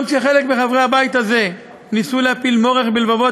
גם כשחלק מחברי הבית הזה ניסו להפיל מורך בלבבות